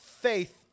faith